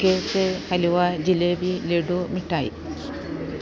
cake halwa jalebi laddu മിഠായി